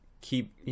keep